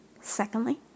Secondly